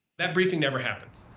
that briefing never happens.